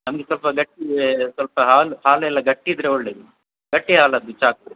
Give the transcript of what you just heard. ನಮಗೆ ಸ್ವಲ್ಪ ಗಟ್ಟೀ ಸ್ವಲ್ಪ ಹಾಲು ಹಾಲೆಲ್ಲ ಗಟ್ಟಿ ಇದ್ರೆ ಒಳ್ಳೆದು ಗಟ್ಟಿ ಹಾಲದ್ದು ಚಾ